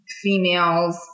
females